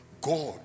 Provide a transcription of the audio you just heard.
God